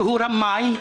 שהוא רמאי,